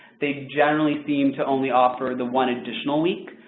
they generally seem to only offer the one additional week.